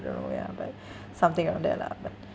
don't know ya but something around there lah but